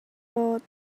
thought